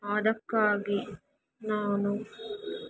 ಅದಕ್ಕಾಗಿ ನಾನು